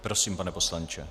Prosím, pane poslanče.